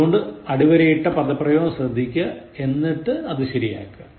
അതുകൊണ്ട് അടിവരയിട്ട പദപ്രയോഗം ശ്രദ്ധിക്കുക എന്നിട്ട് അത് ശരിയാക്കുക